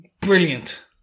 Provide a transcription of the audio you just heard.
brilliant